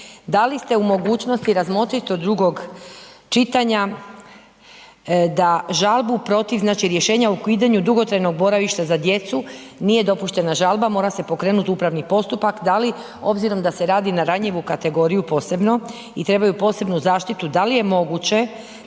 da li ste u mogućnosti razmotrit do drugog čitanja da žalbu protiv, znači rješenja o ukidanju dugotrajnog boravišta za djecu nije dopuštena žalba, mora se pokrenut upravni postupak, da li obzirom da se radi na ranjivu kategoriju posebno i trebaju posebnu zaštitu, da li je moguće